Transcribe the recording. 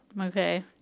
okay